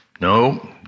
no